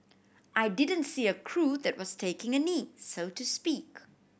I didn't see a crew that was taking a knee so to speak